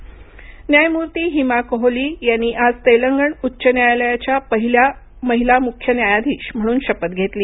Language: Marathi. तेलंगण न्यायमर्ती न्यायमूर्ती हिमा कोहली यांनी आज तेलंगण उच्च न्यायालयाच्या पहिल्या महिला मुख्य न्यायाधीश म्हणून शपथ घेतली